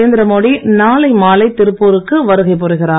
நரேந்திரமோடி நாளை மாலை திருப்பூருக்கு வருகை புரிகிறார்